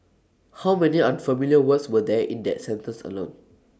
how many unfamiliar words were there in that sentence alone